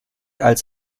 als